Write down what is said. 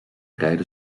rijden